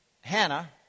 Hannah